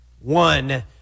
one